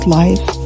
life